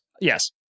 Yes